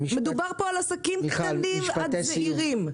מדובר פה על עסקים קטנים עד זעירים.